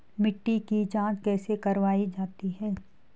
मिट्टी की जाँच कैसे करवायी जाती है?